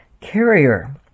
carrier